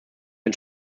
und